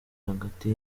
hagati